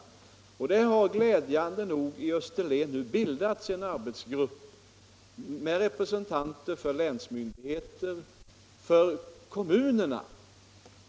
Glädjande nog har det nu på Österlen bildats en arbetsgrupp med representanter för länsmyndigheter och kommuner.